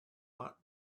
lot